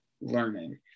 learning